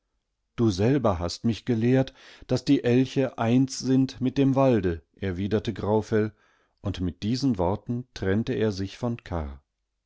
du selber hast mich gelehrt daß die elche eins sind mit dem walde erwiderte graufell und mit diesen worten trennte er sichvonkarr karrgingnachhause